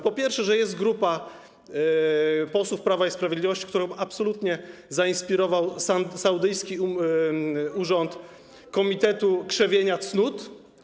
Po pierwsze, jest grupa posłów Prawa i Sprawiedliwości, których absolutnie zainspirował saudyjski urząd komitetu krzewienia cnót.